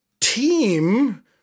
team